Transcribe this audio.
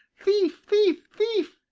thief, thief, thief!